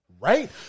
right